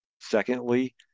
Secondly